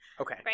Okay